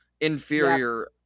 Inferior